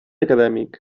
acadèmic